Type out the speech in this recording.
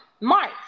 March